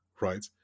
right